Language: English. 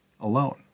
alone